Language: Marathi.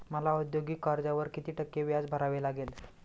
मला औद्योगिक कर्जावर किती टक्के व्याज भरावे लागेल?